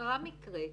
קרה מקרה.